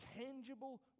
tangible